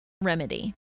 remedy